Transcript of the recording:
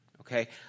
okay